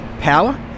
power